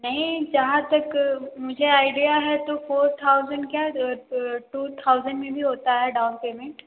नहीं जहाँ तक मुझे आईडिया है तो फ़ोर थाउज़ेंड क्या टू थाउज़ेंड में भी होता है डाउन पेमेंट